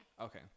okay